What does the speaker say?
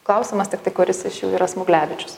klausimas tiktai kuris iš jų yra smuglevičius